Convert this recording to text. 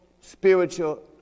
spiritual